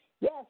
Yes